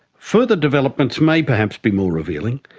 further developments may perhaps be more revealing.